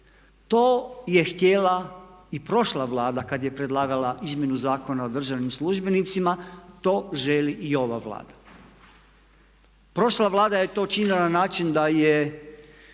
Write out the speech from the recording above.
To je htjela i prošla Vlada kad je predlagala izmjenu Zakona o državnim službenicima, to želi i ova Vlada. Prošla Vlada je to činila na način da je